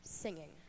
singing